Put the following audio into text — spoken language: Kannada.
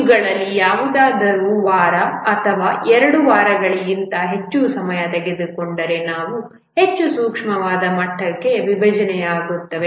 ಇವುಗಳಲ್ಲಿ ಯಾವುದಾದರೂ ವಾರ ಅಥವಾ ಎರಡು ವಾರಗಳಿಗಿಂತ ಹೆಚ್ಚು ಸಮಯ ತೆಗೆದುಕೊಂಡರೆ ಇವುಗಳು ಹೆಚ್ಚು ಸೂಕ್ಷ್ಮವಾದ ಮಟ್ಟಕ್ಕೆ ವಿಭಜನೆಯಾಗುತ್ತವೆ